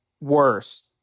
worse